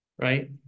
right